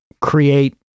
create